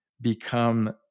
become